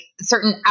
certain